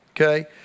Okay